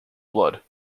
blood